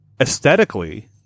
aesthetically